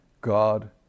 God